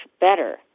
better